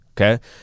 okay